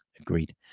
Agreed